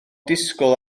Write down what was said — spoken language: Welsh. disgwyl